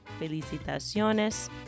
felicitaciones